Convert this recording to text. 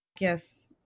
Yes